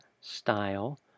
style